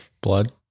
Blood